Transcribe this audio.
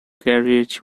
carriage